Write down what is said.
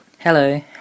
Hello